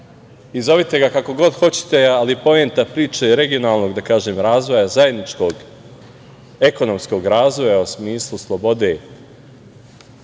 Zovite ga kako god hoćete, ali poenta priče je, regionalnog, da kažem, razvoja, zajedničkog ekonomskog razvoja u smislu slobode